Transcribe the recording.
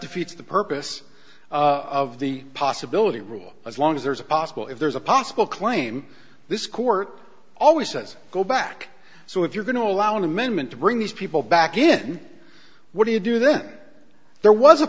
defeats the purpose of the possibility rule as long as there's a possible if there's a possible claim this court always says go back so if you're going to allow an amendment to bring these people back in what do you do then there was a